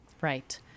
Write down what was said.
Right